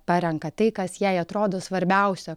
parenka tai kas jai atrodo svarbiausia